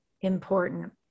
important